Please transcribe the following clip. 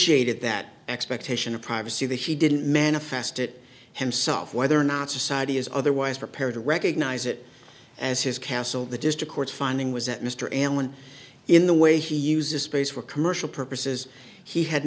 vitiated that expectation of privacy that he didn't manifest it himself whether or not society is otherwise prepared to recognise it as his castle the district court's finding was that mr allen in the way he uses space for commercial purposes he had